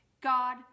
God